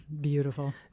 Beautiful